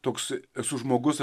toks esu žmogus